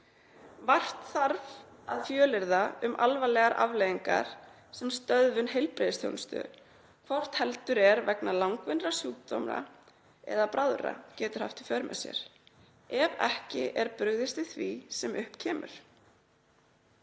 Vart þurfi að fjölyrða um alvarlegar afleiðingar sem stöðvun heilbrigðisþjónustu, hvort heldur er vegna langvinnra sjúkdóma eða bráðra, getur haft í för með sér, ef ekki sé brugðist við því sem upp kemur.